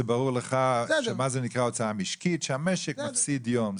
ברור לך מה זאת הוצאה משקית, שהמשק מפסיד יום.